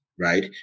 right